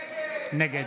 נגד